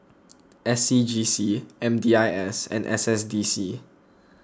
S C G C M D I S and S S D C